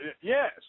Yes